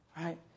right